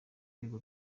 rwego